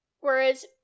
whereas